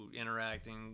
interacting